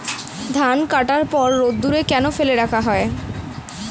ধান কাটার পর রোদ্দুরে কেন ফেলে রাখা হয়?